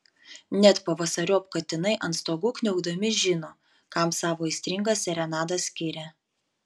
net pavasariop katinai ant stogų kniaukdami žino kam savo aistringas serenadas skiria